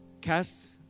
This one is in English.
cast